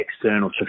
external